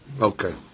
Okay